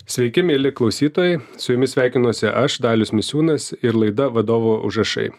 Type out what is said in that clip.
sveiki mieli klausytojai su jumis sveikinuosi aš dalius misiūnas ir laida vadovo užrašai